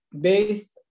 Based